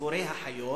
סיפורי החיות,